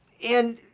and,